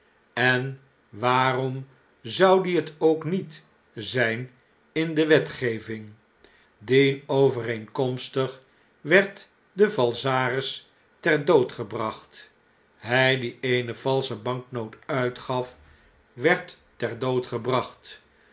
en waarom zou die het ook niet z jn in de wetgeving dienovereenkomstig werd de falsaris ter dood gebracht hij die eene valsche banknoot uitgaf werd ter dood gebracht